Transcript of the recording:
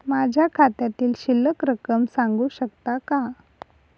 माझ्या खात्यातील शिल्लक रक्कम सांगू शकता का?